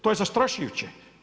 To je zastrašujuće.